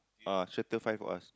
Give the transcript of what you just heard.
ah shelter find for us